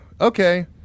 Okay